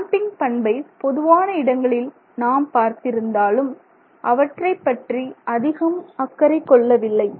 damping பண்பை பொதுவான இடங்களில் நாம் பார்த்திருந்தாலும் அவற்றைப் பற்றி அதிகம் அக்கறை கொள்ளவில்லை